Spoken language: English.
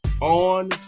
on